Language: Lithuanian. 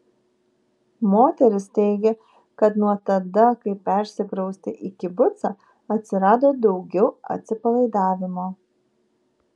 moteris teigė kad nuo tada kai persikraustė į kibucą atsirado daugiau atsipalaidavimo